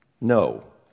No